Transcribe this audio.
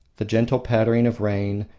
the gentle pattering of rain,